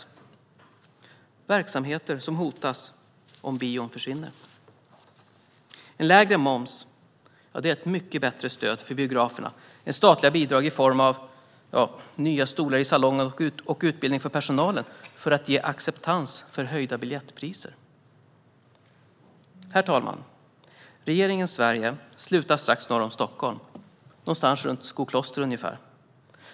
Det är verksamheter som hotas om bion försvinner. En lägre moms är ett mycket bättre stöd för biograferna än statliga bidrag i form av nya stora salonger och utbildning för personalen för att ge acceptans för höjda biljettpriser. Herr talman! Regeringens Sverige slutar strax norr om Stockholm, någonstans runt Skokloster ungefär.